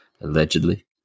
allegedly